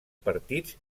partits